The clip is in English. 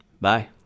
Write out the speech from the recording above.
Bye